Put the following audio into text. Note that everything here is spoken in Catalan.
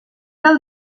del